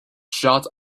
shot